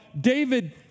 David